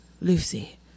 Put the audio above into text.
Lucy